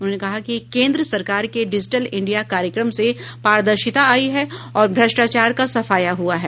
उन्होंने कहा कि केन्द्र सरकार के डिजिटल इंडिया कार्यक्रम से पारदर्शिता आयी है और भ्रष्टाचार का सफाया हुआ है